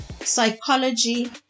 psychology